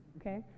Okay